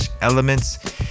elements